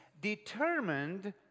determined